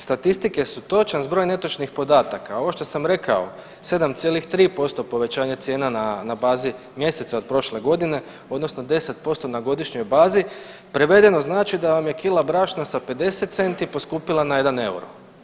Statistike su točan zbroj netočnih podataka, a ovo što sam rekao 7,3% povećanje cijena na bazi mjeseca od prošle godine, odnosno 10% na godišnjoj bazi prevedeno znači da vam je kila brašna sa 50 centi poskupila na 1 euro.